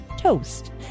Toast